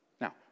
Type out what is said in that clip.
Now